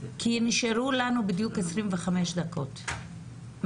כי נשארו לנו בדיוק 25 דקות מקסימום,